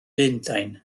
lundain